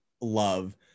love